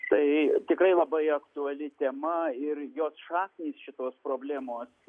tai tikrai labai aktuali tema ir jos šaknys šitos problemos